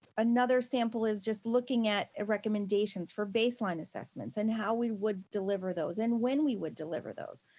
another sample is just looking at ah recommendations for baseline assessments and how we would deliver those and when we would deliver those,